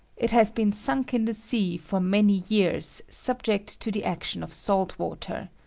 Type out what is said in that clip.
it has been sunk in the sea for many years, subject to the action of salt water.